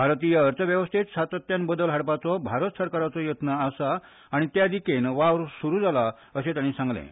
भारतीय अर्थवेंवस्थेंत सातत्यान बदल हाडपाचो भारत सरकाराचो येत्न आसा आनी ते दिकेन वावर सुरू जाला अशें तांणी सांगलें